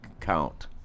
count